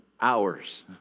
hours